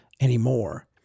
anymore